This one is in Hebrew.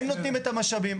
הם נותנים את המשאבים.